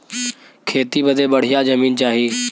खेती बदे बढ़िया जमीन चाही